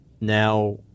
Now